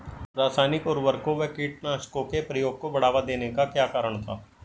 रासायनिक उर्वरकों व कीटनाशकों के प्रयोग को बढ़ावा देने का क्या कारण था?